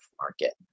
market